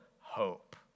hope